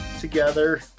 together